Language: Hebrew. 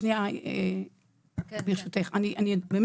נאמר שיהיה תקציב, שתהיה החלטת ממשלה שבאמת